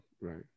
right